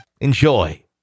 Enjoy